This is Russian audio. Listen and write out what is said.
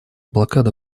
блокада